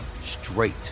straight